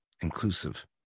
inclusive